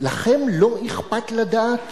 לכם לא אכפת לדעת